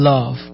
Love